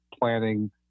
planning